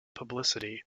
publicity